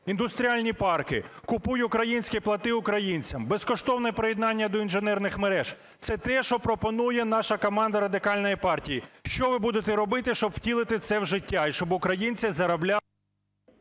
індустріальні парки, "Купуй українське, плати українцям", безкоштовне приєднання до інженерних мереж. Це те, що пропонує наша команда Радикальної партії. Що ви будете робити, щоб втілити це в життя, і щоб українці заробляли…